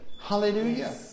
Hallelujah